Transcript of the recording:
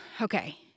Okay